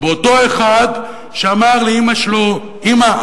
באותו אחד שאמר לאמא שלו: אמא,